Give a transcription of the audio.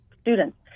students